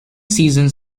season